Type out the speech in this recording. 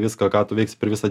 viską ką tu veiksi per visą